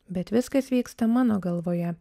bet viskas vyksta mano galvoje